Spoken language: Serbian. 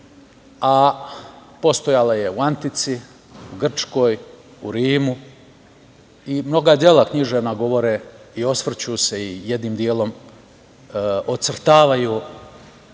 Postojala je u Antici, Grčkoj, u Rimu i mnoga dela književna govore i osvrću se, jednim delom ocrtavaju